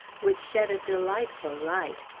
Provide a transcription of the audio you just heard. which shed a delightful light,